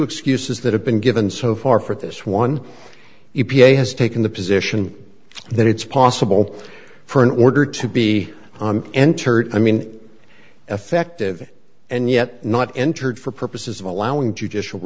excuses that have been given so far for this one e p a has taken the position that it's possible for an order to be entered i mean effective and yet not entered for purposes of allowing judicial